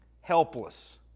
helpless